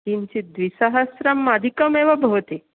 किञ्चित् द्विसहस्रम् अधिकमेव भवति